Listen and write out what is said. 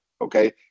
Okay